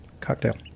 Cocktail